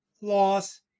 loss